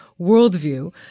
worldview